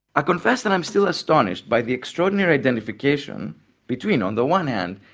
i confess that i'm still astonished by the extraordinary identification between, on the one hand,